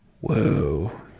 Whoa